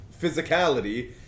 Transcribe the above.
physicality